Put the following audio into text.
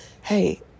Hey